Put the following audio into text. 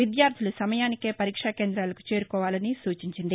విద్యార్థులు సమయానికే పరీక్షా కేంద్రాలకు చేరుకోవాలని సూచించింది